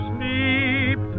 Sleep